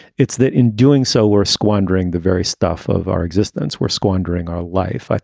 it's that in doing so, we're squandering the very stuff of our existence. we're squandering our life. like